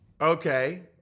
Okay